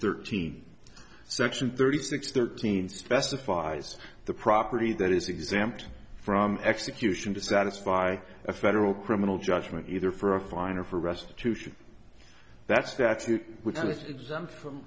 thirteen section thirty six thirteen specifies the property that is exempt from execution to satisfy a federal criminal judgment either for a fine or for restitution that statute which is exempt from